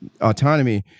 autonomy